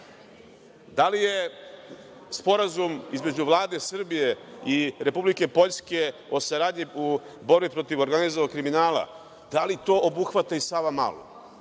Da li je Sporazum između Vlade Srbije i Republike Poljske o saradnji u borbi protiv organizovanog kriminala, da li to obuhvata i „Savamalu“?